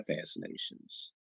fascinations